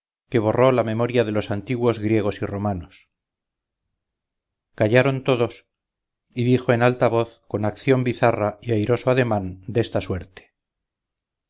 que borró la memoria de los antiguos griegos y romanos callaron todos y dijo en alta voz con acción bizarra y airoso ademán desta suerte